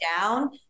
down